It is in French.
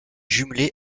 jumelée